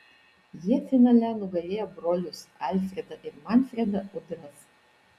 jie finale nugalėjo brolius alfredą ir manfredą udras